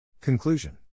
Conclusion